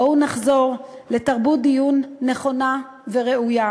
בואו נחזור לתרבות דיון נכונה וראויה.